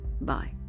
Bye